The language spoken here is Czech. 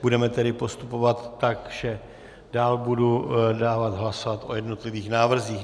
Budeme tedy postupovat tak, že dál budu dávat hlasovat o jednotlivých návrzích.